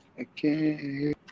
Okay